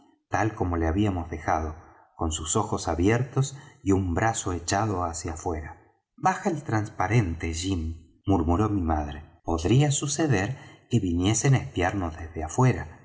tal como lo habíamos dejado con sus ojos abiertos y un brazo echado hacia fuera baja el trasparente jim murmuró mi madre podría suceder que viniesen á espiarnos desde afuera